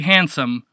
Handsome